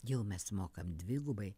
jau mes mokam dvigubai